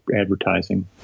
advertising